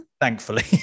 thankfully